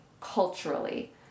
culturally